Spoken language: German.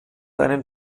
einen